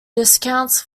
discounts